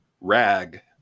rag